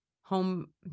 home